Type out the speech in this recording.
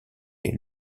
est